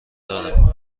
دادم